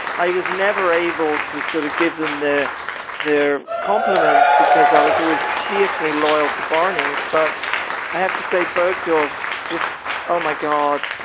i was never able to sort of give them the their complements because i was always fiercely loyal to barneys. but i have to say bergdorf's just oh my god,